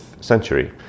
Century